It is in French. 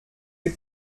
les